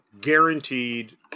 guaranteed